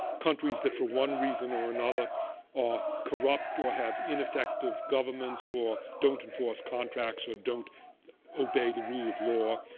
countries that for one reason or another are corrupt or have ineffective governments or don't enforce contracts or don't obey the rule of law,